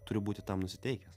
turiu būti tam nusiteikęs